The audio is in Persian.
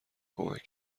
کمک